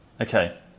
Okay